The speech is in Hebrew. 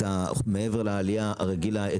מעבר לעלייה הרגילה,